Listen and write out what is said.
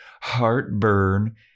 heartburn